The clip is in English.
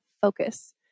focus